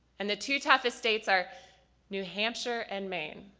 and the two toughest states are new hampshire and maine